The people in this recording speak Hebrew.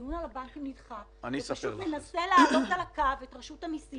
שהדיון על הבנקים נדחה ופשוט ננסה להעלות על הקו את רשות המסים